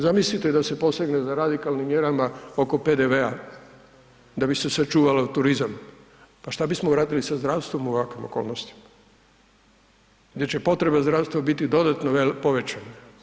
Zamislite da se posegne za radikalnim mjerama oko PDV-a da bi se sačuvao turizam, pa što bismo uradili sa zdravstvom u ovakvim okolnostima gdje će potrebe zdravstva biti dodatno povećane?